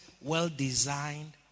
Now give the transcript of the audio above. well-designed